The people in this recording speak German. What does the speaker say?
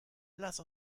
lass